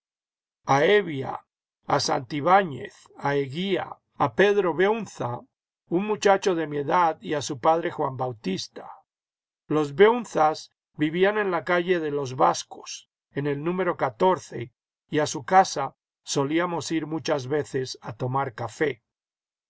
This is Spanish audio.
hevia a santibáñez a eguía a pedro beunza un muchacho de mi edad y a su padre juan bautista los beunzas vivían en la calle de los véaseos en el número y a su casa sobamos ir muchas veces a tomar café